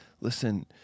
listen